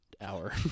hour